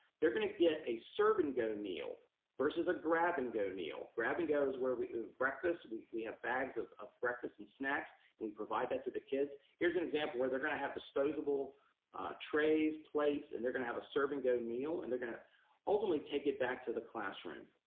they're gonna get a serve and go meal versus a grab and go meal. grab and go is where we have breakfast, we we have bags of of breakfast and snacks, but we provide that to the kids. here's an example where they're gonna have disposable trays, plates, and they're gonna have a serving go meal and they're gonna ultimately take it back to the classroom.